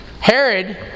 Herod